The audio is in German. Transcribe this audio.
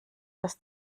dass